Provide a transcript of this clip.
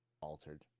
altered